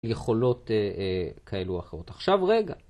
יכולות כאלו או אחרות. עכשיו רגע.